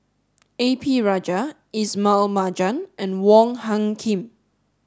A P Rajah Ismail Marjan and Wong Hung Khim